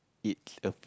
it's a f~